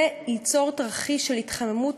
זה ייצור תרחיש של התחממות